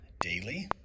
daily